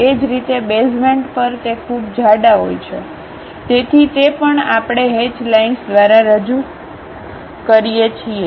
એ જ રીતે બેસમેન્ટ પર તે ખૂબ જાડા હોય છે તેથી તે પણ આપણે હેચ લાઈનસ દ્વારા રજૂ કરીએ છીએ